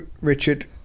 Richard